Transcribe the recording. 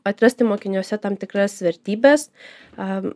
atrasti mokiniuose tam tikras vertybes aaa